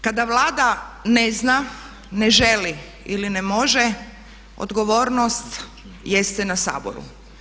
Kada Vlada ne zna, ne želi ili ne može odgovornost jeste na Saboru.